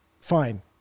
fine